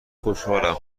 خوشحالم